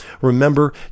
Remember